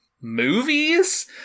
movies